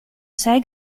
sei